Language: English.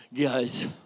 guys